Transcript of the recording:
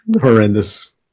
horrendous